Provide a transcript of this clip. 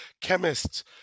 chemists